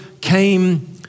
came